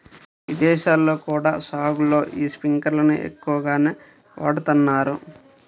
ఇదేశాల్లో కూడా సాగులో యీ స్పింకర్లను ఎక్కువగానే వాడతన్నారు